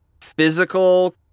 physical